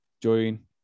join